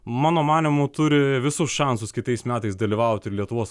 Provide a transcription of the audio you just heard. mano manymu turi visus šansus kitais metais dalyvaut ir lietuvos